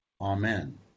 Amen